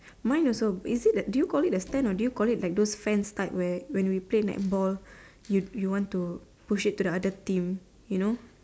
mine also is it the do you call it a stand or do you call it like those fence type where when you play netball you want to push it to the other team